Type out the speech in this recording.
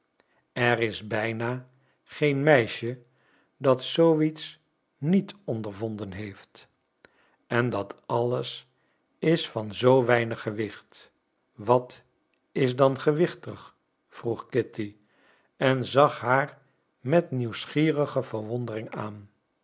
er is bijna geen meisje dat zoo iets niet ondervonden heeft en dat alles is van zoo weinig gewicht wat is dan gewichtig vroeg kitty en zag haar met nieuwsgierige verwondering aan